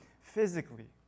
physically